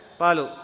palu